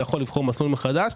ואתה יכול לבחור מסלול מחדש,